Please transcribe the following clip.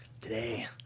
Today